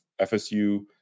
fsu